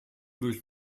durch